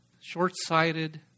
Short-sighted